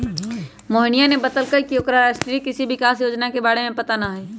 मोहिनीया ने बतल कई की ओकरा राष्ट्रीय कृषि विकास योजना के बारे में पता ना हई